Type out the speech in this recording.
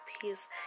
peace